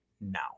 now